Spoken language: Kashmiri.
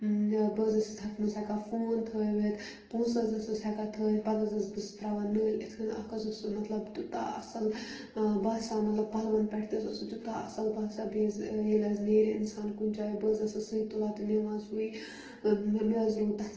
بہٕ حظ ٲسٕس تَتھ منٛز ہٮ۪کان فون تھٲوِتھ پونٛسہٕ حظ ٲسٕس ہٮ۪کان تھٲیِتھ پَتہٕ حظ ٲسٕس بہٕ سُہ ترٛاوان نٲلۍ اِتھ کٔنۍ اَکھ حظ اوس سُہ مطلب تیوٗتاہ اَصٕل باسان مطلب پَلوَن پٮ۪ٹھ تہِ حظ اوس سُہ تیوٗتاہ اَصٕل باسان بیٚیہِ حظ ییٚلہِ حظ نیرِ اِنسان کُنہِ جاے بہٕ حظ ٲسٕس سُے تُلان تہٕ نِوان سُے مےٚ حظ روٗد تَتھ